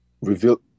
reveal